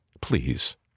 Please